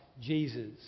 Jesus